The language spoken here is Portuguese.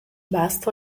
basta